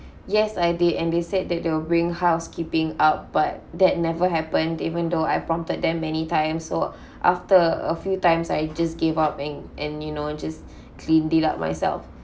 yes I did and they said that they will bring housekeeping up but that never happened even though I prompted them many times so after a few times I just gave up and and you know just clean it up myself